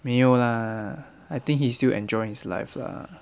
没有 lah I think he's still enjoying his life lah